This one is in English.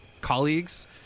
colleagues